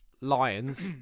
lions